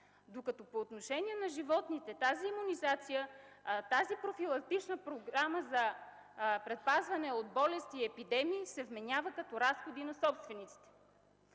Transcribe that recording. докато по отношение на животните тази имунизация, тази профилактична програма за предпазване от болести и епидемии, се вменява като разходи на собствениците.